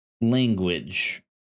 language